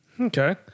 okay